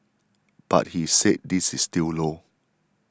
but he said this is still low